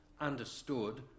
understood